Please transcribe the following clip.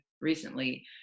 recently